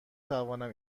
توانم